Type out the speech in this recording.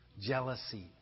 Jealousy